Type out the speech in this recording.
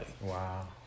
Wow